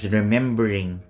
remembering